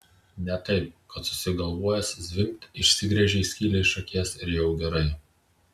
ne taip kad susigalvojęs zvimbt išsigręžei skylę iš akies ir jau gerai